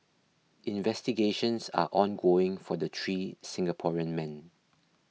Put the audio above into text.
investigations are ongoing for the three Singaporean men